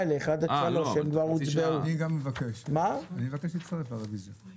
אני מבקש להצטרף לרביזיה שלו.